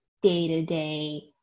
day-to-day